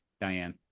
Diane